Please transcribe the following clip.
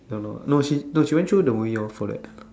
don't know lah no she no she went through the movie orh for that